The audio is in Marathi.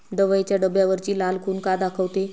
दवाईच्या डब्यावरची लाल खून का दाखवते?